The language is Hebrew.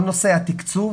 כל נושא התקצוב